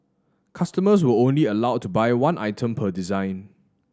customers were only allowed to buy one item per design